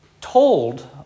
told